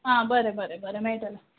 आ बरें बरें बरें मेळटलें